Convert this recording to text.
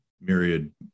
myriad